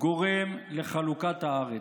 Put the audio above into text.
גורם לחלוקת הארץ.